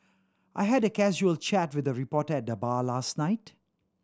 I had a casual chat with a reporter at the bar last night